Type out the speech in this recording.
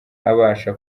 abasha